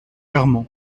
armand